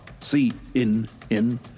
CNN